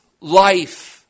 life